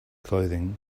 clothing